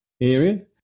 area